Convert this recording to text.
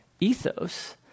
ethos